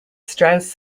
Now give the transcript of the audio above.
strauss